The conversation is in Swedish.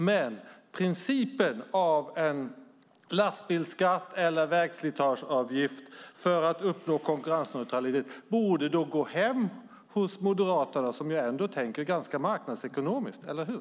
Men principen en lastbilsskatt eller vägslitageavgift för att uppnå konkurrensneutralitet borde då gå hem hos Moderaterna som ändå tänker ganska marknadsekonomiskt, eller hur?